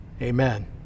amen